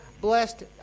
blessed